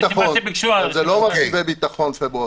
זה לא מרכיבי ביטחון.